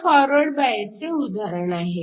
हे फॉरवर्ड बायसचे उदाहरण आहे